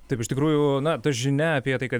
taip iš tikrųjų na ta žinia apie tai kad